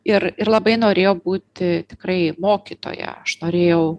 ir ir labai norėjo būti tikrai mokytoja aš norėjau